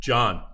John